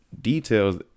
details